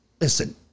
Listen